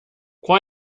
qual